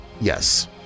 yes